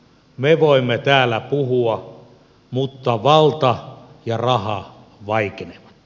me voimme täällä puhua mutta valta ja raha vaikenevat